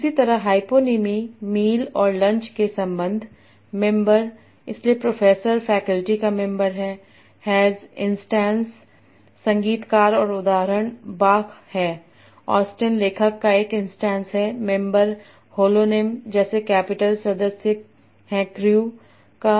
इसी तरह hyponymy meal और लंच के संबंध मेंबरइसलिए प्रोफेसर फैकल्टी का मेंबर है हैज़ इंस्टास संगीतकार और उदाहरण बाख है ऑस्टेन लेखक का एक इंस्टास हैl मेंबर होलोनेम जैसे कैपिटल सदस्य हैं क्रू का